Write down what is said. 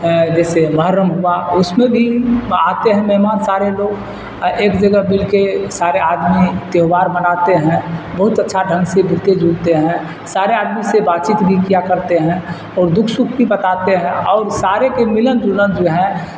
جیسے محرم ہوا اس میں بھی آتے ہیں مہمان سارے لوگ ایک جگہ مل کے سارے آدمی تہوار مناتے ہیں بہت اچھا ڈھنگ سے ملتے جلتے ہیں سارے آدمی سے بات چیت بھی کیا کرتے ہیں اور دکھ سکھ بھی بتاتے ہیں اور سارے کے ملن جلن جو ہیں